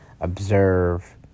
observe